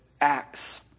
acts